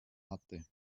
hatte